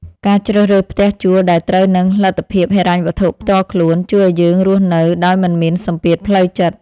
ការជ្រើសរើសផ្ទះជួលដែលត្រូវនឹងលទ្ធភាពហិរញ្ញវត្ថុផ្ទាល់ខ្លួន ជួយឱ្យយើងរស់នៅដោយមិនមានសម្ពាធផ្លូវចិត្ត។